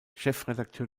chefredakteur